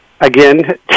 Again